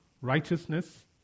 righteousness